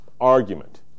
argument